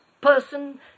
person